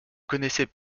connaissez